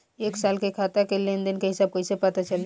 एक साल के खाता के लेन देन के हिसाब कइसे पता चली?